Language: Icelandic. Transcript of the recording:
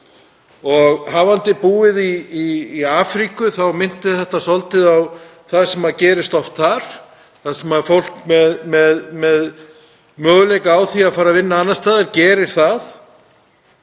að hafa búið í Afríku minnti þetta mig svolítið á það sem gerist oft þar, þar sem fólk með möguleika á því að fara og vinna annars staðar gerir það.